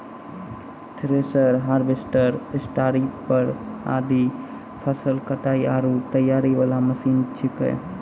thresher, harvester, स्टारीपर आदि फसल कटाई आरो तैयारी वाला मशीन छेकै